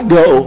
go